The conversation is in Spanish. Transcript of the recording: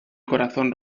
corazón